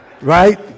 Right